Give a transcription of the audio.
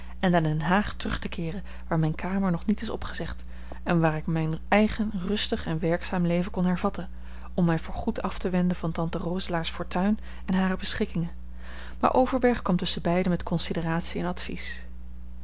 en naar den haag terug te keeren waar mijne kamer nog niet is opgezegd en waar ik mijn eigen rustig en werkzaam leven kon hervatten om mij voor goed af te wenden van tante roselaers fortuin en hare beschikkingen maar overberg kwam tusschenbeide met consideratie en advies